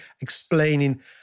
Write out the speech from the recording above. explaining